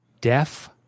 deaf